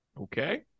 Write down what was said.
Okay